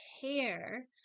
care